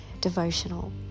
devotional